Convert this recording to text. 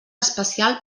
especial